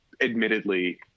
admittedly